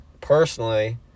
personally